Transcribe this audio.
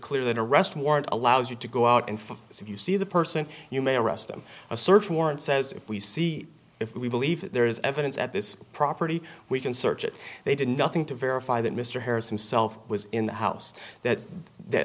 that arrest warrant allows you to go out and if you see the person you may arrest them a search warrant says if we see if we believe there is evidence at this property we can search it they did nothing to verify that mr harris himself was in the house that th